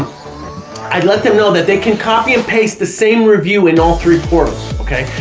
i'd let them know that they can copy and paste the same review in all three portals, okay,